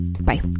Bye